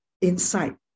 inside